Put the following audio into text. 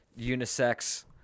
unisex